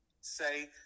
say